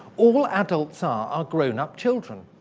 all adults are, are grown up children.